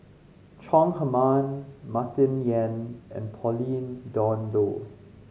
Chong Heman Martin Yan and Pauline Dawn Loh